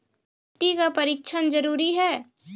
मिट्टी का परिक्षण जरुरी है?